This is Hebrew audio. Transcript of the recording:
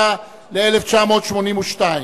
1977 ו-1982.